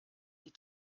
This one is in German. die